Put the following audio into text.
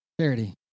Charity